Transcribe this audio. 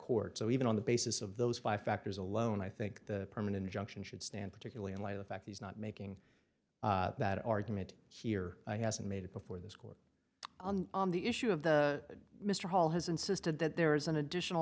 court so even on the basis of those five factors alone i think the permanent injunction should stand particularly in light of the fact he's not making that argument here hasn't made it before this court on the issue of the mr paul has insisted that there is an additional